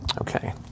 Okay